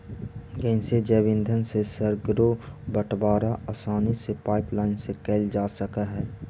गैसीय जैव ईंधन से सर्गरो बटवारा आसानी से पाइपलाईन से कैल जा सकऽ हई